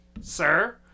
Sir